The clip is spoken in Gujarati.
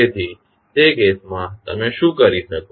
તેથી તે કેસમાં તમે શું કરી શકો